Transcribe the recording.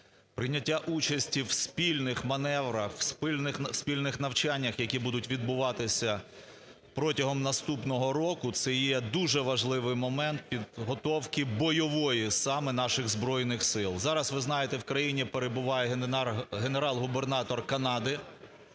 прийняття участі в спільних маневрах, в спільних навчаннях, які будуть відбуватися протягом наступного року, це є дуже важливий момент підготовки бойової саме наших Збройних Сил. Зараз, ви знаєте, в країні перебуває генерал-губернатор Канади.